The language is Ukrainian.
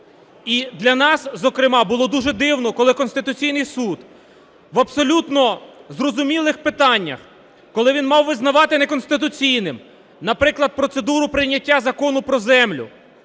І для нас зокрема було дуже дивно, коли Конституційний Суд в абсолютно зрозумілих питаннях, коли він мав визнавати неконституційним, наприклад, процедуру прийняття Закону про землю,